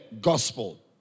gospel